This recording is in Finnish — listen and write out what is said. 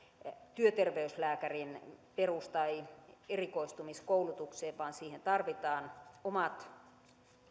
työterveyslääkärin perus tai erikoistumiskoulutukseen vaan siihen tarvitaan omat